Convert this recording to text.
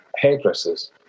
hairdressers